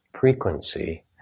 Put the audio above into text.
frequency